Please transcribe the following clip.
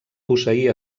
posseir